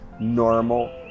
normal